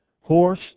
horse